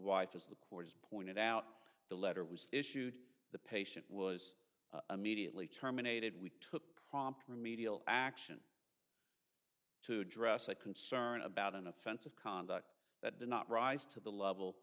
wife is the court has pointed out the letter was issued the patient was immediately terminated we took prompt remedial action to address a concern about an offense of conduct that did not rise to the level